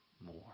more